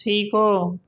سیکھو